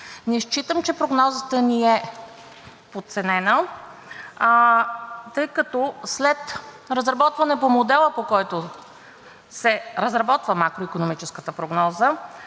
Не считам, че прогнозата ни е подценена, тъй като след разработване по модела, по който се разработва макроикономическата прогноза,